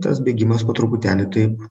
tas bėgimas po truputėlį taip